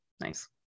nice